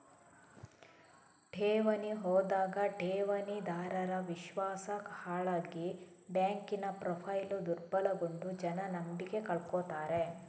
ಠೇವಣಿ ಹೋದಾಗ ಠೇವಣಿದಾರರ ವಿಶ್ವಾಸ ಹಾಳಾಗಿ ಬ್ಯಾಂಕಿನ ಪ್ರೊಫೈಲು ದುರ್ಬಲಗೊಂಡು ಜನ ನಂಬಿಕೆ ಕಳ್ಕೊತಾರೆ